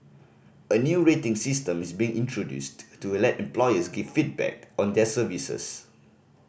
a new rating system is being introduced to let employers give feedback on their services